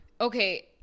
okay